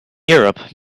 europe